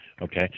Okay